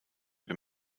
wir